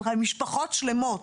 משפחות שלמות,